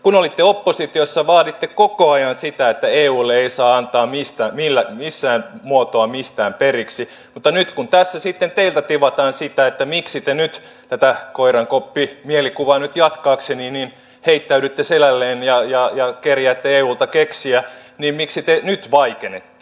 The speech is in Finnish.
kun olitte oppositiossa vaaditte koko ajan sitä että eulle ei saa antaa missään muotoa mistään periksi mutta nyt kun tässä sitten teiltä tivataan sitä että miksi te tätä koirankoppimielikuvaa jatkaakseni heittäydytte selälleen ja kerjäätte eulta keksiä niin miksi te nyt vaikenette